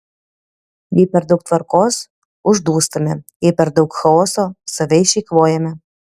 jei per daug tvarkos uždūstame jei per daug chaoso save išeikvojame